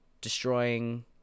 destroying